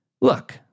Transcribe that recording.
Look